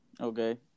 Okay